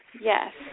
Yes